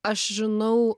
aš žinau